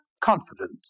confidence